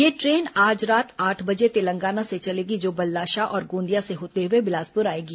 यह ट्रेन आज रात आठ बजे तेलंगाना से चलेगी जो बल्लाशाह और गोंदिया से होते हुए बिलासपुर आएगी